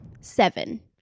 seven